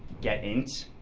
get int,